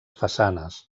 façanes